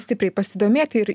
stipriai pasidomėti ir